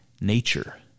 nature